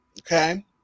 okay